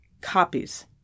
Copies